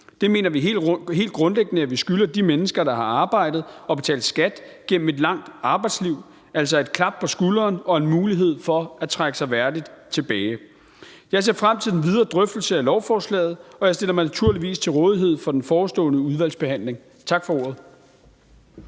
Det mener vi helt grundlæggende at vi skylder de mennesker, der har arbejdet og betalt skat gennem et langt arbejdsliv, altså et klap på skulderen og en mulighed for at trække sig værdigt tilbage. Jeg ser frem til den videre drøftelse af lovforslaget, og jeg stiller mig naturligvis til rådighed for den forestående udvalgsbehandling. Tak for ordet.